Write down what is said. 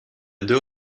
deux